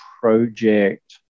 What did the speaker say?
project